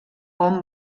hom